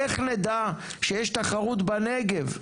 איך נדע שיש תחרות בנגב?